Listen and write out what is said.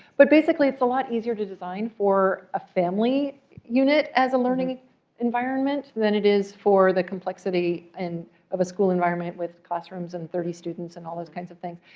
but basically it's a lot easier to design for a family unit as a learning environment than it is for the complexity and of a school environment with classrooms and thirty students and all those kinds of things.